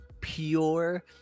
pure